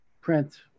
print